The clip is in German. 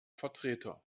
vertreter